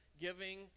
Giving